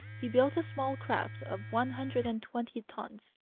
he built a small craft of one hundred and twenty tons.